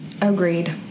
agreed